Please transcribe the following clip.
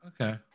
Okay